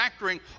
factoring